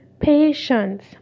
patience